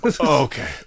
Okay